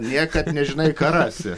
niekad nežinai ką rasi